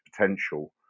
potential